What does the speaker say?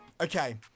Okay